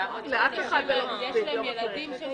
לאף אחד זה לא מספיק.